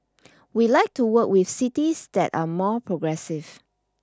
we like to work with cities that are more progressive